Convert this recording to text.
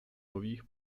nových